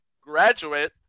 graduate